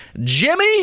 Jimmy